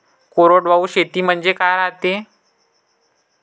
कोरडवाहू शेती म्हनजे का रायते?